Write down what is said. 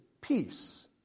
peace